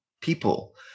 people